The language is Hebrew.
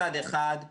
לא, לא, לא.